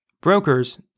brokers